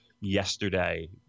yesterday